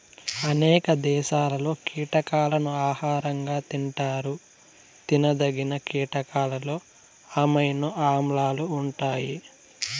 అనేక దేశాలలో కీటకాలను ఆహారంగా తింటారు తినదగిన కీటకాలలో అమైనో ఆమ్లాలు ఉంటాయి